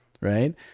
right